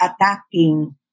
attacking